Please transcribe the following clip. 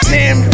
Tim